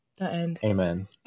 amen